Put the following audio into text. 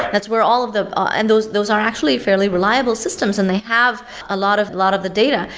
that's where all of the ah and those those are actually fairly reliable systems and they have a lot of lot of the data.